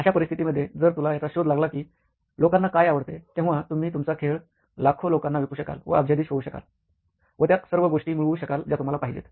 अशा परिस्थितीमध्ये जर तुला याचा शोध लागला की लोकांना काय आवडते तेव्हा तुम्ही तुमचा खेळ लाखो लोकांना विकू शकाल व अब्जाधीश होऊ शकाल व त्या सर्व गोष्टी मिळवू शकाल ज्या तुम्हाला पाहिजेत